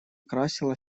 красила